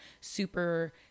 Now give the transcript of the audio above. super